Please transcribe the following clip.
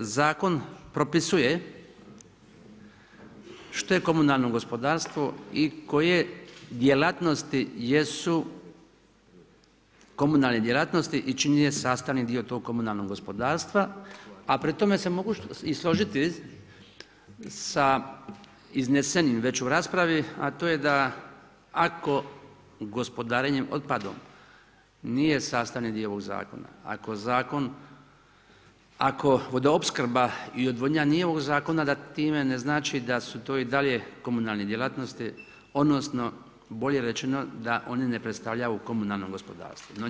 Zakon propisuje što je komunalno gospodarstvo i koje djelatnosti jesu komunalne djelatnosti i čiji je sastavni dio tog komunalnog gospodarstva, a pri tome se mogu i složiti sa iznesenim već u raspravi, a to je da ako gospodarenje otpadom nije sastavni dio zakona, ako vodoopskrba i odvodnja nije ovog zakona, da time znači da su to i dalje komunalne djelatnosti odnosno bolje rečeno da one ne predstavljaju komunalnog gospodarstvo no